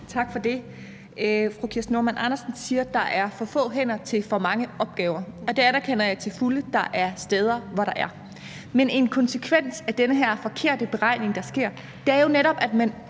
Tak for det. Fru Kirsten Normann Andersen siger, at der er for få hænder til for mange opgaver, og det anerkender jeg til fulde der er steder hvor der er. Men en konsekvens af den her forkerte beregning, der sker, er jo netop, at man